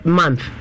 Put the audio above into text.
month